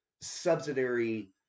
subsidiary